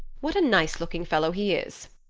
what a nice-looking fellow he is,